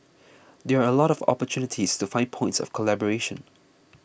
there are a lot of opportunities to find points of collaboration